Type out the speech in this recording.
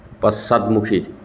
পশ্চাদমুখী